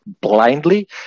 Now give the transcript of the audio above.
blindly